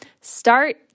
start